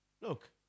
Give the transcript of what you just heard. Look